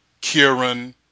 Kieran